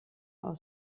aus